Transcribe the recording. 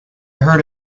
heard